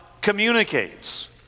Communicates